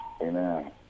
Amen